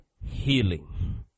healing